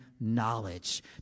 knowledge